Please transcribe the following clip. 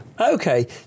okay